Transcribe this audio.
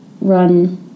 run